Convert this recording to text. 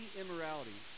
immorality